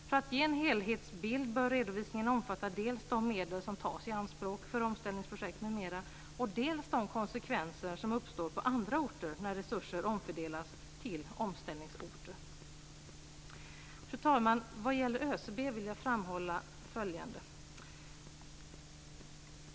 För att ge en helhetsbild bör redovisningen omfatta dels de medel som tas i anspråk för omställningsprojekt, m.m., dels de konsekvenser som uppstår på andra orter när resurser omfördelas till omställningsorter. Fru talman! Vad gäller ÖCB vill jag framhålla följande.